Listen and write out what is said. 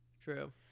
True